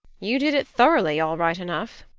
you did it thoroughly, all right enough,